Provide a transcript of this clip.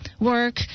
work